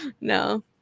No